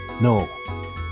No